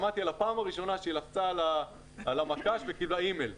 שמעתי על הפעם הראשונה שהיא לחצה על המקש וקיבלה אימייל.